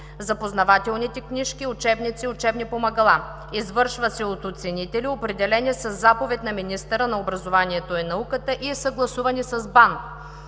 за познавателните книжки, учебници и учебни помагала. Извършва се от оценители, определени със заповед на министъра на образованието и науката и съгласувани с БАН.